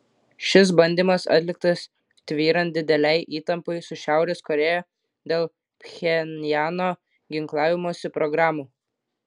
šis bandymas atliktas tvyrant didelei įtampai su šiaurės korėja dėl pchenjano ginklavimosi programų